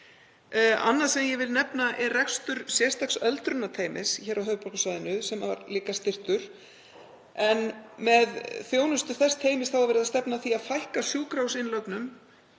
Annað sem ég vil nefna er rekstur sérstaks öldrunarteymis hér á höfuðborgarsvæðinu sem var líka styrktur en með þjónustu þess teymis er verið að stefna að því að fækka sjúkrahúsinnlögnum.